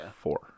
four